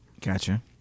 Gotcha